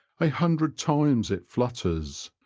a hundred times it flutters,